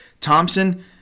Thompson